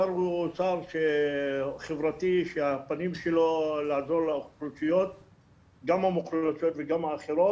השר הוא שר חברתי שהפנים שלו לעזור לאוכלוסיות גם המוחלשות וגם האחרות,